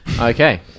Okay